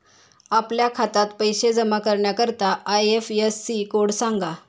आपल्या खात्यात पैसे जमा करण्याकरता आय.एफ.एस.सी कोड सांगा